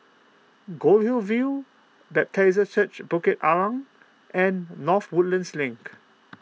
Goldhill View Bethesda Church Bukit Arang and North Woodlands Link